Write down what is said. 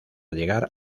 llegar